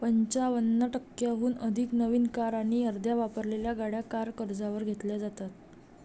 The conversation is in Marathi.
पंचावन्न टक्क्यांहून अधिक नवीन कार आणि अर्ध्या वापरलेल्या गाड्या कार कर्जावर घेतल्या जातात